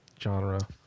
genre